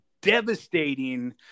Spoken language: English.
devastating